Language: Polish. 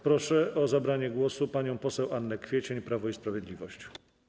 Proszę o zabranie głosu panią poseł Annę Kwiecień, Prawo i Sprawiedliwość.